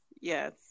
Yes